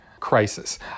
crisis